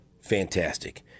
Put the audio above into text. Fantastic